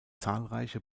zahlreiche